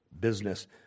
business